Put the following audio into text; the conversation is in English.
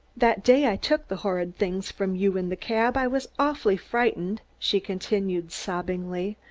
that day i took the horrid things from you in the cab i was awfully frightened, she continued sobbingly.